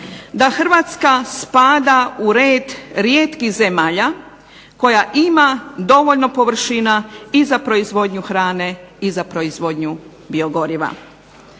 da Hrvatska spada u red rijetkih zemalja koja ima dovoljno površina i za proizvodnju hrane i za proizvodnju biogoriva.